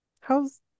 How's